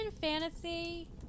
Fantasy